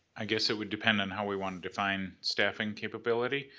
i guess it would depend on how we want to define staffing capability.